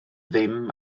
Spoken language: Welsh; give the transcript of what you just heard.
ddim